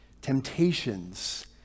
Temptations